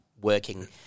working